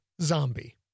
Zombie